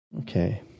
Okay